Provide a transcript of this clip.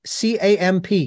CAMP